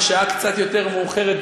בשעה קצת יותר מאוחרת,